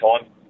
time